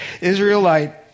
Israelite